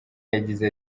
yagize